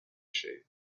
shape